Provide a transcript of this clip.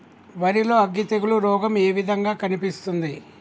వరి లో అగ్గి తెగులు రోగం ఏ విధంగా కనిపిస్తుంది?